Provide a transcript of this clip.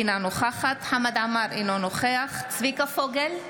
אינה נוכחת חמד עמאר, אינו נוכח צביקה פוגל,